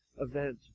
event